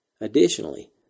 Additionally